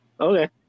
Okay